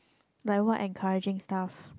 like what encouraging stuff